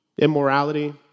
immorality